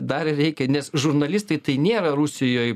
dar reikia nes žurnalistai tai nėra rusijoj